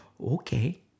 Okay